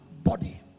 body